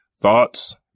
thoughts